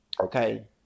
Okay